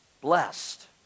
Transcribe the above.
blessed